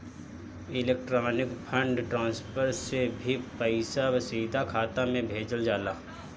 electronic fund transfer से भी पईसा सीधा खाता में भेजल जाला